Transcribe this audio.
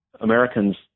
Americans